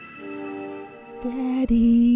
Daddy